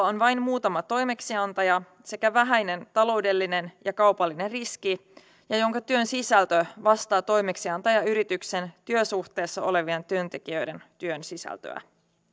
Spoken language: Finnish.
on vain muutama toimeksiantaja sekä vähäinen taloudellinen ja kaupallinen riski ja jonka työn sisältö vastaa toimeksiantajayrityksen työsuhteessa olevien työntekijöiden työn sisältöä